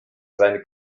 seine